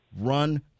Run